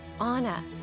Anna